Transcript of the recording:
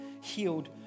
healed